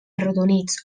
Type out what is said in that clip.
arrodonits